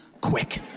quick